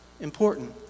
important